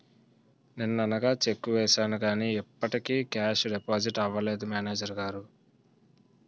నిన్ననగా చెక్కు వేసాను కానీ ఇప్పటికి కేషు డిపాజిట్ అవలేదు మేనేజరు గారు